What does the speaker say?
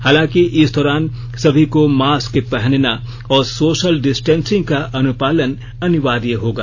हालांकी इस दौरान सभी को मास्क पहनना और सोशल डिस्टेंसिंग का अनुपालन अनिवार्य होगा